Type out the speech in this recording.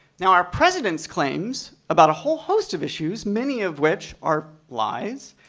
now, our president's claims, about a whole host of issues, many of which are lies,